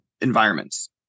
environments